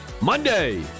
Monday